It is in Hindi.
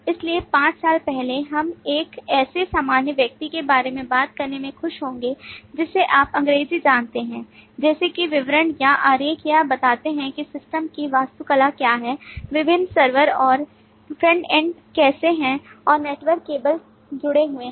इसलिए 5 साल पहले हम एक ऐसे सामान्य व्यक्ति के बारे में बात करने में खुश होंगे जिसे आप अंग्रेजी जानते हैं जैसे कि विवरण या आरेख यह बताते हैं कि सिस्टम की वास्तुकला क्या है विभिन्न सर्वर और फ्रंट एंड कैसे हैं और नेटवर्क केबल जुड़े हुए हैं